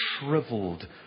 shriveled